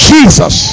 Jesus